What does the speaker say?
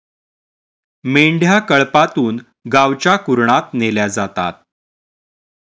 मेंढ्या कळपातून गावच्या कुरणात नेल्या जातात